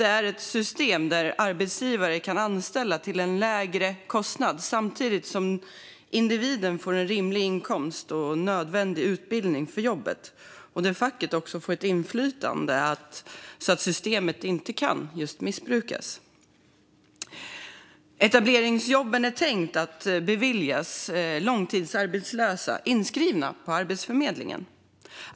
Det är ett system där arbetsgivare kan anställa till en lägre kostnad samtidigt som individen får en rimlig inkomst och nödvändig utbildning för jobbet. Facket får också inflytande så att systemet inte kan missbrukas. Etableringsjobben är tänkta att beviljas långtidsarbetslösa som är inskrivna på Arbetsförmedlingen.